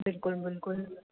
बिल्कुलु बिल्कुलु